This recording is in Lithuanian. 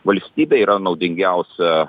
valstybei yra naudingiausia